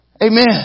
Amen